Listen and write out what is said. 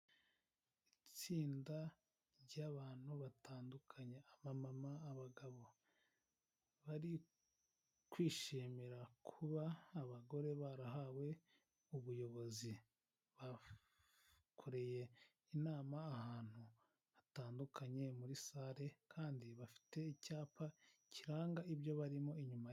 Itsinda ry'abantu batandukanye ba mama abagabo bari kwishimira kuba abagore barahawe ubuyobozi bakoreye inama ahantu hatandukanye muri sale kandi bafite icyapa kiranga ibyo barimo inyuma ye.